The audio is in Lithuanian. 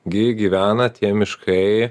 gi gyvena tie miškai